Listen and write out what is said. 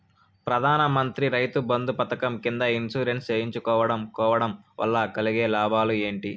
ప్రధాన మంత్రి రైతు బంధు పథకం కింద ఇన్సూరెన్సు చేయించుకోవడం కోవడం వల్ల కలిగే లాభాలు ఏంటి?